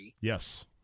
yes